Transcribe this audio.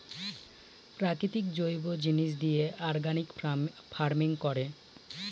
প্রাকৃতিক জৈব জিনিস দিয়ে অর্গানিক ফার্মিং করে